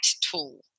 tool